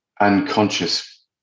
unconscious